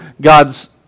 God's